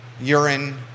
urine